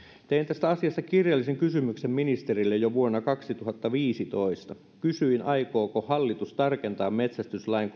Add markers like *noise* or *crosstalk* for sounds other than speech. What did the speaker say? tein tästä asiasta kirjallisen kysymyksen ministerille jo vuonna kaksituhattaviisitoista kysyin aikooko hallitus tarkentaa metsästyslain *unintelligible*